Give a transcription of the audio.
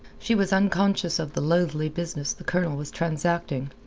she was unconscious of the loathly business the colonel was transacting.